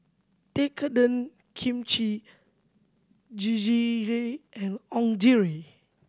Tekkadon Kimchi and